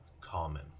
common